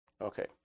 Okay